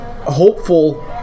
hopeful